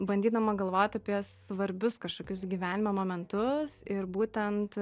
bandydama galvot apie svarbius kažkokius gyvenimo momentus ir būtent